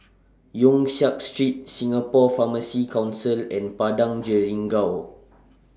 Yong Siak Street Singapore Pharmacy Council and Padang Jeringau